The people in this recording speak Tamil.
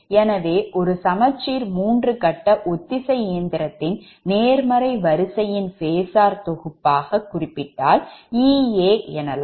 எனவே ஒரு சமச்சீர் 3 கட்ட ஒத்திசை இயந்திரத்தின் நேர்மறை வரிசைன் phasor தொகுப்பாக குறிப்பிட்டால் Ea எனலாம்